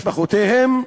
במשפחותיהם.